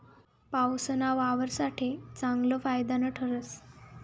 पाऊसना वावर साठे चांगलं फायदानं ठरस